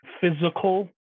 physical